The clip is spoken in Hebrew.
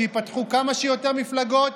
שייפתחו כמה שיותר מפלגות.